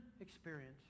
experience